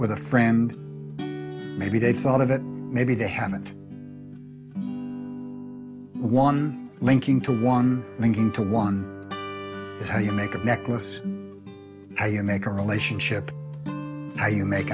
with a friend maybe they thought of it maybe they haven't one linking to one linking to one how you make a necklace a and make a relationship now you make